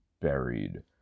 buried